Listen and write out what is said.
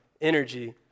energy